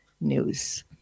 news